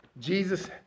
Jesus